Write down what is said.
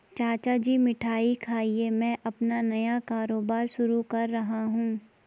चाचा जी मिठाई खाइए मैं अपना नया कारोबार शुरू कर रहा हूं